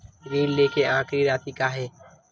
ऋण लेके आखिरी राशि का हे?